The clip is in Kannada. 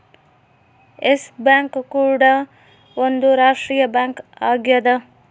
ಎಸ್ ಬ್ಯಾಂಕ್ ಕೂಡ ಒಂದ್ ರಾಷ್ಟ್ರೀಯ ಬ್ಯಾಂಕ್ ಆಗ್ಯದ